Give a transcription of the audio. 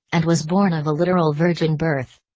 and was born of a literal virgin birth.